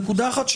נקודה אחת,